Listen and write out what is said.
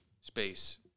space